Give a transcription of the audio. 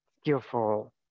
skillful